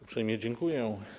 Uprzejmie dziękuję.